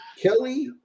Kelly